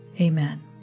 Amen